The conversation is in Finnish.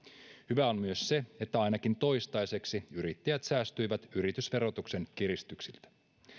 hyvää on myös se että ainakin toistaiseksi yrittäjät säästyvät yritysverotuksen kiristyksiltä